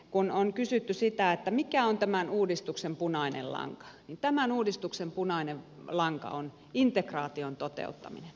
kun on kysytty sitä mikä on tämän uudistuksen punainen lanka niin tämän uudistuksen punainen lanka on integraation toteuttaminen